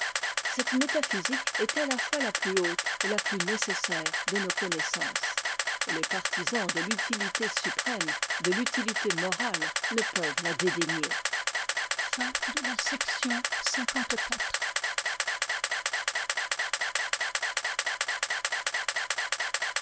cette métaphysique est à la fois la plus haute et la plus nécessaire de nos connaissances et les partisans de l'utilité suprême de l'utilité morale ne peuvent la dédaigner chapitre